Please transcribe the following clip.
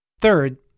Third